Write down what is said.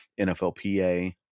NFLPA